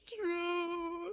true